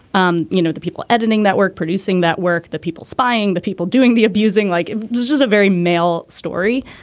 um you know the people editing that work producing that work that people spying the people doing the abusing like it was just a very male story.